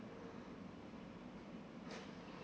together